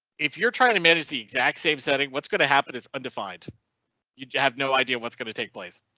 if you're trying to manage the exact same setting, what's going to happen is undefined you have, no idea, what's going to take place.